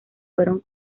fueron